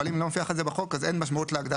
אבל אם זה לא מופיע אחרי זה בחוק אז אין משמעות להגדרה.